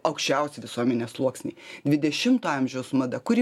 aukščiausi visuomenės sluoksniai dvidešimto amžiaus mada kuri